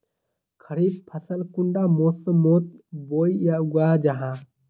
खरीफ फसल कुंडा मोसमोत बोई या उगाहा जाहा?